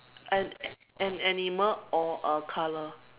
an an animal or a color